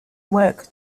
work